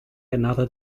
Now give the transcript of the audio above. another